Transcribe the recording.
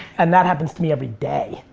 and that happens to me every day,